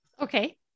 Okay